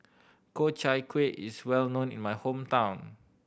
Ku Chai Kuih is well known in my hometown